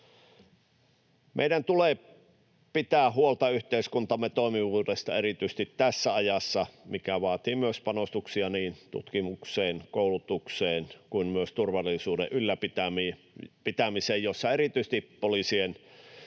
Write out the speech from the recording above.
Meidän tulee pitää huolta yhteiskuntamme toimivuudesta erityisesti tässä ajassa, mikä vaatii myös panostuksia niin tutkimukseen, koulutukseen kuin myös turvallisuuden ylläpitämiseen ja siinä erityisesti poliisien